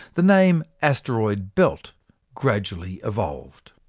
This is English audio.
the name asteroid belt gradually evolved.